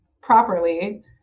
properly